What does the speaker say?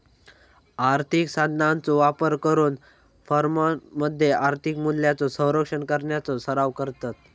आर्थिक साधनांचो वापर करून फर्ममध्ये आर्थिक मूल्यांचो संरक्षण करण्याचो सराव करतत